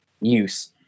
use